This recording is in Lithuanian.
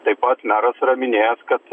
taip pat meras yra minėjęs kad